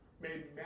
made